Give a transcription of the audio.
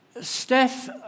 Steph